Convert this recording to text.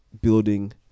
building